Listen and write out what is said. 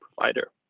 provider